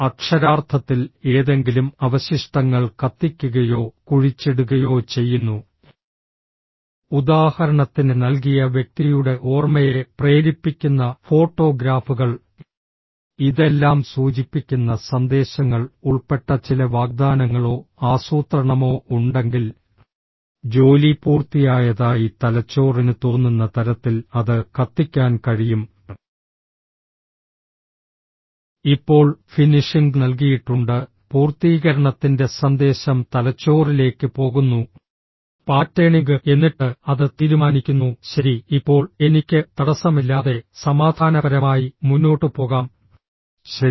അക്ഷരാർത്ഥത്തിൽ ഏതെങ്കിലും അവശിഷ്ടങ്ങൾ കത്തിക്കുകയോ കുഴിച്ചിടുകയോ ചെയ്യുന്നു ഉദാഹരണത്തിന് നൽകിയ വ്യക്തിയുടെ ഓർമ്മയെ പ്രേരിപ്പിക്കുന്ന ഫോട്ടോഗ്രാഫുകൾ ഇതെല്ലാം സൂചിപ്പിക്കുന്ന സന്ദേശങ്ങൾ ഉൾപ്പെട്ട ചില വാഗ്ദാനങ്ങളോ ആസൂത്രണമോ ഉണ്ടെങ്കിൽ ജോലി പൂർത്തിയായതായി തലച്ചോറിന് തോന്നുന്ന തരത്തിൽ അത് കത്തിക്കാൻ കഴിയും ഇപ്പോൾ ഫിനിഷിംഗ് നൽകിയിട്ടുണ്ട് പൂർത്തീകരണത്തിന്റെ സന്ദേശം തലച്ചോറിലേക്ക് പോകുന്നു പാറ്റേണിംഗ് എന്നിട്ട് അത് തീരുമാനിക്കുന്നു ശരി ഇപ്പോൾ എനിക്ക് തടസ്സമില്ലാതെ സമാധാനപരമായി മുന്നോട്ട് പോകാം ശരി